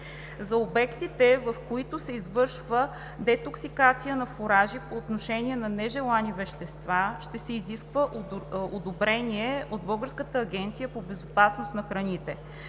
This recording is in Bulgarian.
За обектите, в които се извършва детоксикация на фуражи по отношение на нежелани вещества, ще се изисква одобрение от Българската агенция по безопасност на храните.